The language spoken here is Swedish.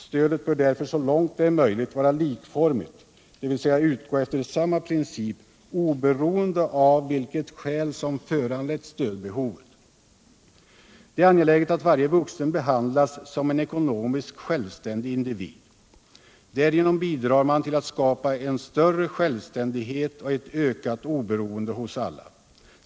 Stödet bör därför så långt det är möjligt vara likformigt, dvs. utgå efter samma princip oberoende av vilket skäl som föranlett stödbehovet. Det är angeläget att varje vuxen behandlas som en ekonomiskt självständig individ. Därigenom bidrar man till att skapa en större självständighet och ett ökat oberoende hos alla.